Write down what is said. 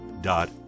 dot